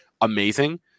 amazing